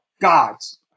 gods